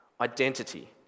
identity